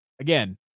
again